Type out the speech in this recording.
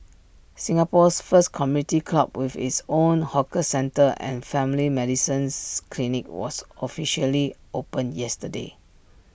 Singapore's first community club with its own hawker centre and family medicine's clinic was officially opened yesterday